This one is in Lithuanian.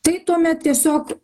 tai tuomet tiesiog